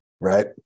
Right